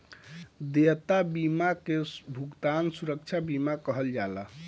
देयता बीमा के भुगतान सुरक्षा बीमा कहल जाला